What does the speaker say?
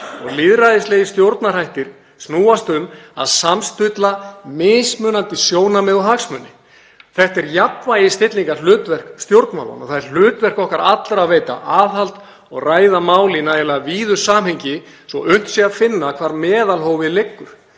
og lýðræðislegir stjórnarhættir snúast um að samstilla mismunandi sjónarmið og hagsmuni. Þetta er jafnvægisstillingarhlutverk stjórnmálanna og það er hlutverk okkar allra að veita aðhald og ræða mál í nægilega víðu samhengi svo unnt sé að finna hvar meðalhófið liggur.